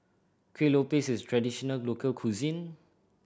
Kueh Lopes is a traditional local cuisine